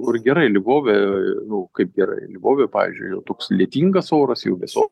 kur gerai lvove nu kaip gerai lvove pavyzdžiui yra toks lietingas oras jau vėsu